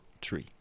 tree